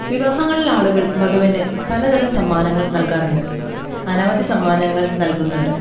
വിവാഹങ്ങളിൽ ആളുകൾ വധുവിന് പല തരം സമ്മാനങ്ങൾ നൽകാറുണ്ട് അനവധി സമ്മാനങ്ങൾ നൽകുന്നുണ്ട്